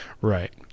Right